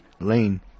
lane